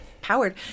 powered